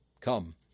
Come